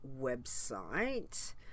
website